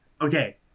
okay